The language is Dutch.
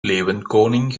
leeuwenkoning